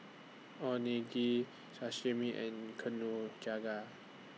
Sashimi and